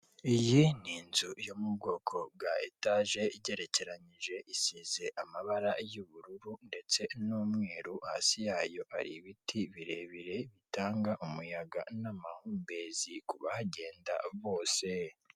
Iyi ni inzu yo mu bwoko bwa etaje igerekeranyije, isize amabara y'ubururu ndetse n'umweru, hasi yayo hari ibiti birebire bitanga umuyaga n'amahumbezi ku bahagenda bose.